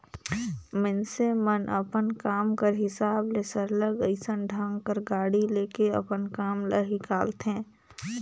मइनसे मन अपन काम कर हिसाब ले सरलग अइसन ढंग कर गाड़ी ले के अपन काम ल हिंकालथें